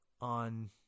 on